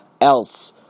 else